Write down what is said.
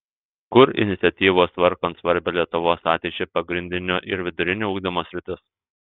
kur iniciatyvos tvarkant svarbią lietuvos ateičiai pagrindinio ir vidurinio ugdymo sritis